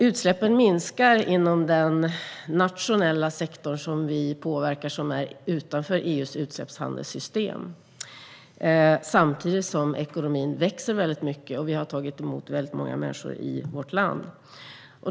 Utsläppen minskar inom den nationella sektorn, som ju ligger utanför EU:s utsläppshandelssystem och som vi kan påverka. Detta sker samtidigt som ekonomin växer och vi har tagit emot väldigt många människor i vårt land.